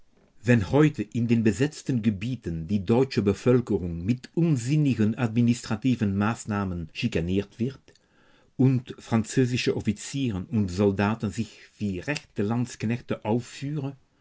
wenn heute in den besetzten gebieten die deutsche bevölkerung mit unsinnigen administrativen maßnahmen schikaniert wird und französische offiziere und soldaten sich wie rechte landsknechte aufführen